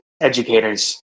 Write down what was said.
educators